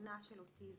הבנה של אוטיזם.